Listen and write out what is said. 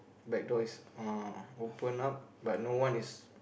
back door is uh open up but no one is